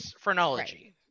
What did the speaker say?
Phrenology